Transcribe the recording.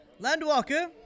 Landwalker